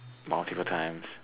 multiple times